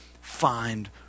find